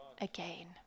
again